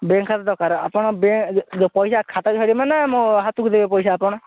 bank ଖାତା ଦରକାର ଆପଣ ବେ ପଇସା ଖାତା କୁ ଛାଡ଼ିବେ ନା ମୋ ହାତ କୁ ଦେବେ ପଇସା ଆପଣ